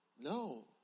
no